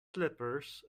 slippers